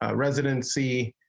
ah residency.